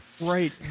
Right